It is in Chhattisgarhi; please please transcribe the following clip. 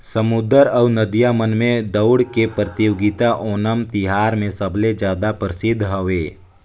समुद्दर अउ नदिया मन में दउड़ के परतियोगिता ओनम तिहार मे सबले जादा परसिद्ध हवे